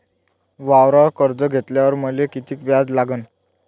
वावरावर कर्ज घेतल्यावर मले कितीक व्याज लागन?